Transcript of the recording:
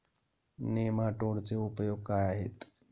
नेमाटोडचे उपयोग काय आहेत?